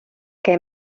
que